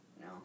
No